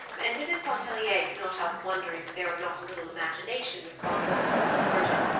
and mrs. pontellier could not help wondering if there were not a little imagination responsible for its origin,